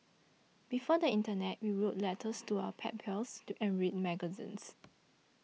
before the internet we wrote letters to our pen pals and read magazines